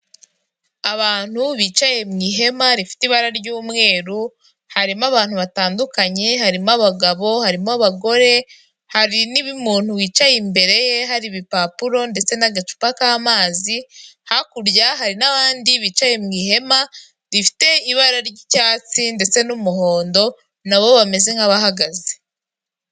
Abantu bicaye mwigema rifite ibara ry' umweru, harimo abantu batandukanye, harimo abagabo, harimo abagore hari n' umuntu wicaye imbere ye hari igipapuro ndetse n' agacupa amazi, hakurya hari n' abandi bicaye mwihema, rifite ibara ry' icyatsi ndetse n' umuhondo nabo bameze nkabahagaze.